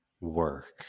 work